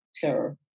terror